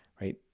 right